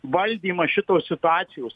valdymas šitos situacijos